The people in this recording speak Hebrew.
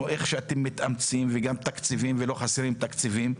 איך שאתם מתאמצים וגם תקציבים ולא חסרים תקציבים,